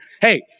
Hey